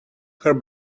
her